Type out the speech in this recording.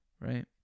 Right